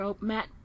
Matt